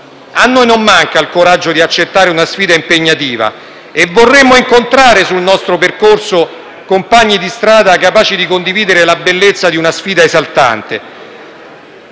A noi non manca il coraggio di accettare una sfida impegnativa e vorremmo incontrare sul nostro percorso compagni di strada capaci di condividere la bellezza di una sfida esaltante.